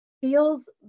feels